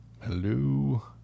Hello